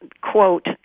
quote